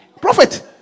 Prophet